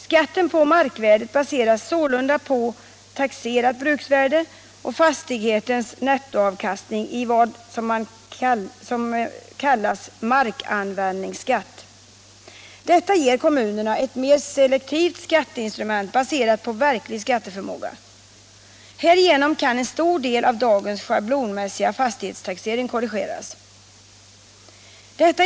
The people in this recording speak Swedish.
Skatten på markvärdet baseras sålunda på taxerat bruksvärde och fastighetens nettoavkastning i vad som kan kallas markanvändningsskatt. Detta ger kommunerna ett mer selektivt skatteinstrument baserat på verklig skatteförmåga. Härigenom kan en stor del av dagens schablonmässiga fastighetstaxering korrigeras.